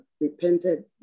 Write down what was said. repented